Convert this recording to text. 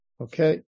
okay